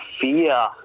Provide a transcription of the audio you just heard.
fear